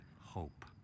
hope